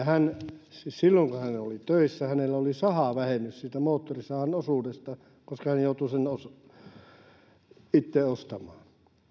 hän oli töissä hänellä oli sahavähennys siitä moottorisahan osuudesta koska hän joutui sen itse ostamaan